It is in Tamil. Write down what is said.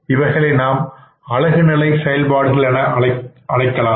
இவைகளை நாம் அலகுநிலை செயல்பாடுகள் என அழைக்கலாம்